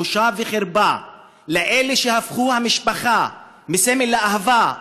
בושה וחרפה לאלה שהפכו את המשפחה מסמל לאהבה,